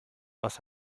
was